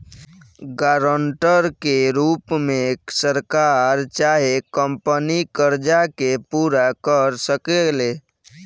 guarantor के रूप में सरकार चाहे कंपनी कर्जा के पूरा कर सकेले